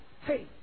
Hey